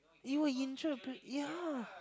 you will injure the prank yeah